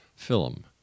film